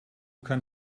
kann